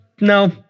No